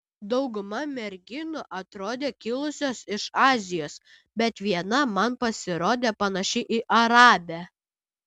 dauguma merginų atrodė kilusios iš azijos bet viena man pasirodė panaši į arabę